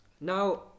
Now